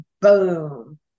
boom